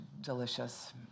delicious